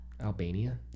albania